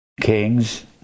kings